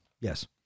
Yes